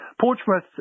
Portsmouth